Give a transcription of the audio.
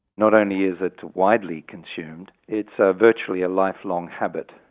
not only is it widely consumed, it's ah virtually a lifelong habit.